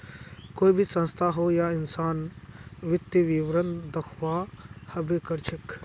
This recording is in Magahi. कोई भी संस्था होक या इंसान वित्तीय विवरण दखव्वा हबे कर छेक